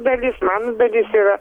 dalis mano dalis yra